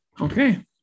okay